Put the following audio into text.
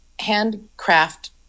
handcraft